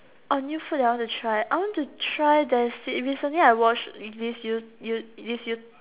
oh new food that I want to try I want to try there's this recently I watch this you~ you~ this you~ you~